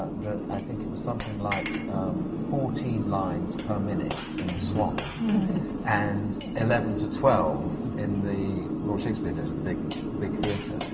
i think it was something like fourteen lines per minute in the swan and eleven to twelve in the royal shakespeare theatre, the big the big theatre.